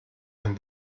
ein